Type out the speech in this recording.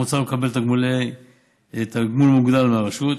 וכן מוצע לו לקבל תגמול מוגדל מהרשות.